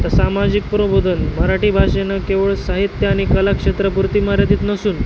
त सामाजिक प्रबोधन मराठी भाषेनं केवळ साहित्य आणि कलाक्षेत्रापुरती मर्यादित नसून